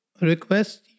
request